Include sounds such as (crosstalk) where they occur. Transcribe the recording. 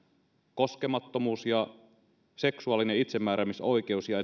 koskemattomuus ja seksuaalinen itsemääräämisoikeus ja (unintelligible)